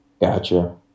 Gotcha